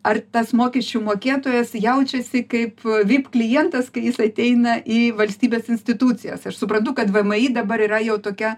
ar tas mokesčių mokėtojas jaučiasi kaip vip klientas kai jis ateina į valstybės institucijas aš suprantu kad vmi dabar yra jau tokia